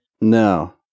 No